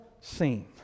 seen